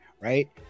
right